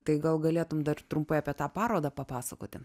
tai gal galėtum dar trumpai apie tą parodą papasakoti